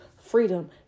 freedom